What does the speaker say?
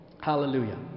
hallelujah